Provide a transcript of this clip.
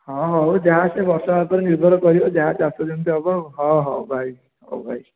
ହଁ ହଉ ଯାହା ସେ ବର୍ଷ ଉପରେ ନିର୍ଭର କରିବ ଯାହା ଚାଷ ଯେମିତି ହେବ ଆଉ ହଁ ହଉ ଭାଇ ହଉ ଭାଇ